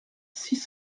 six